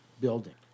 building